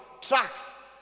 trucks